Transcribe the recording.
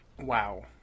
wow